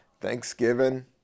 Thanksgiving